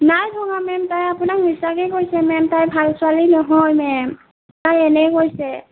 নাই ভঙা মেম তাই আপোনাক মিছাকৈ কৈছে মেম তাই ভাল ছোৱালী নহয় মেম তাই এনেই কৈছে